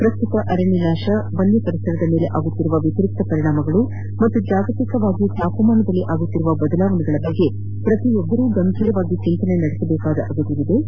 ಪ್ರಸ್ತುತ ಅರಣ್ಯ ನಾಶ ವನ್ಯ ಪರಿಸರದ ಮೇಲೆ ಆಗುತ್ತಿರುವ ವ್ಯತಿರಿಕ್ತ ಪರಿಣಾಮಗಳು ಮತ್ತು ಜಾಗತಿಕವಾಗಿ ತಾಪಮಾನದಲ್ಲಿ ಆಗುತ್ತಿರುವ ಬದಲಾವಣೆ ಬಗ್ಗೆ ಪ್ರತಿಯೊಬ್ಬರೂ ಗಂಬೀರ ಚಿಂತನೆ ನಡೆಸಬೇಕಾಗಿದ್ದು